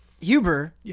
Huber